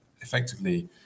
effectively